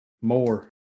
more